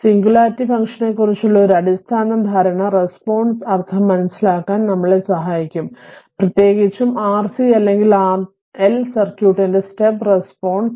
singularity ഫംഗ്ഷനെക്കുറിച്ചുള്ള ഒരു അടിസ്ഥാന ധാരണ റെസ്പോൺസ്ന്റെ അർത്ഥം മനസ്സിലാക്കാൻ നമ്മളെ സഹായിക്കും പ്രത്യേകിച്ചും RC അല്ലെങ്കിൽ RL സർക്യൂട്ടിന്റെ സ്റ്റെപ്പ് റെസ്പോൺസ്